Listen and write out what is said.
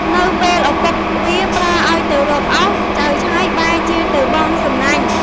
នៅពេលឪពុកវាប្រើឱ្យទៅរកឪសចៅឆើយបែរជាទៅបង់សំណាញ់ ។